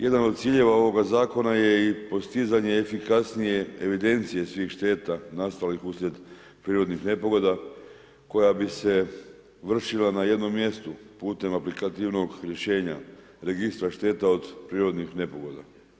Jedan od ciljeva ovoga zakona je i postizanje efikasnije evidencije svih šteta nastalih uslijed prirodnih nepogoda koja bi se vršila na jednom mjestu putem aplikativnog rješenja registra šteta od prirodnih nepogoda.